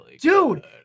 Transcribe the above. Dude